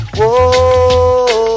Whoa